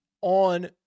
on